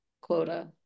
quota